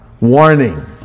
warning